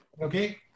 Okay